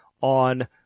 on